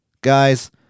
guys